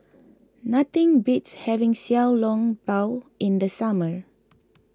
nothing beats having Xiao Long Bao in the summer